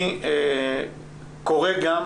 אני קורא גם